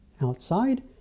outside